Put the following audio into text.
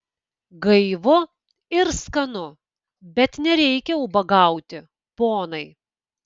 gaivu ir skanu bet nereikia ubagauti ponai